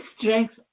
strength